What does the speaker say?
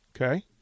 Okay